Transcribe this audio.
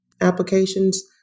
applications